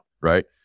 right